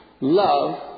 love